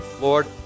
Lord